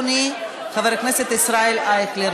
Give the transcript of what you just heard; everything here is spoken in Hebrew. אדוני חבר הכנסת ישראל אייכלר,